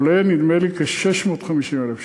עולה, נדמה לי, כ-650,000 שקל.